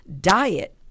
diet